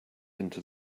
into